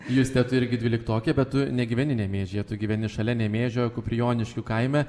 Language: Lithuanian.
juste tu irgi dvyliktokė bet tu negyveni nemėžyje tu gyveni šalia nemėžio kuprioniškių kaime